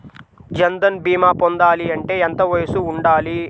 జన్ధన్ భీమా పొందాలి అంటే ఎంత వయసు ఉండాలి?